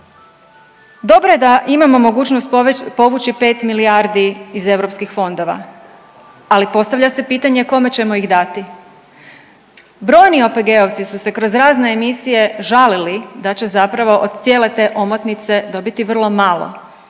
Dobro je da imamo mogućnost povući 5 milijardi iz europskih fondova, ali postavlja se pitanje kome ćemo ih dati? Brojni OPG-ovci su se kroz razne emisije žalili da će zapravo od cijele te omotnice dobiti vrlo malo,